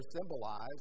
symbolized